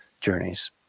journeys